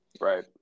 Right